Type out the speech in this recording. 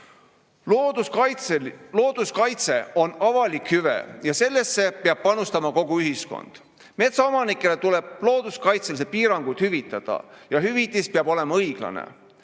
Looduskaitse on avalik hüve ja sellesse peab panustama kogu ühiskond. Metsaomanikele tuleb looduskaitselised piirangud hüvitada ja hüvitis peab olema õiglane.